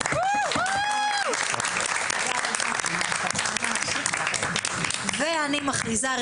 הצבעה אושר אני מכריזה על